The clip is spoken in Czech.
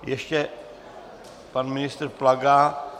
Ještě pan ministr Plaga.